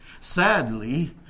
sadly